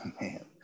Man